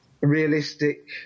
realistic